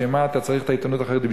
לשם מה אתה צריך את העיתונות החרדית.